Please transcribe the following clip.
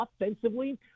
offensively